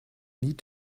need